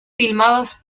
filmadas